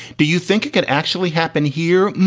do you think it could actually happen here?